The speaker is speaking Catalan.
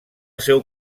seu